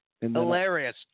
Hilarious